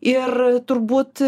ir turbūt